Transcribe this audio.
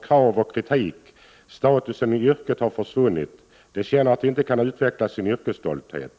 krav och kritik. Statusen i yrket har försvunnit. De känner att de inte kan utveckla sin yrkesstolthet.